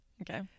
okay